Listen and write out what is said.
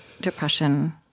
depression